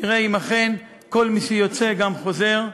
תראה אם אכן כל מי שיוצא גם חוזר.